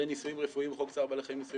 וניסויים רפואיים וחוק צער בעלי חיים?